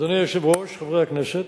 אדוני היושב-ראש, חברי הכנסת,